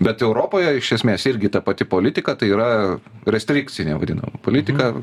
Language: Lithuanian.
bet europoje iš esmės irgi ta pati politika tai yra restrikcinė vadinama politika